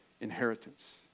inheritance